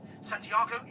Santiago